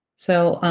so